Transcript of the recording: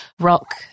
rock